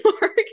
mark